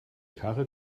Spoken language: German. karre